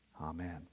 Amen